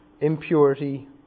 impurity